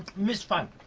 miss funn,